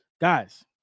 Guys